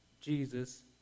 Jesus